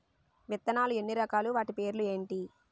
విత్తనాలు ఎన్ని రకాలు, వాటి పేర్లు ఏంటి?